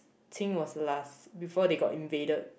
Qing was last before they got invaded